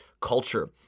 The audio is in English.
culture